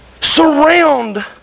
Surround